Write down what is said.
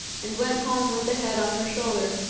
and went home with the head on her shoulder,